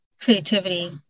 creativity